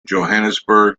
johannesburg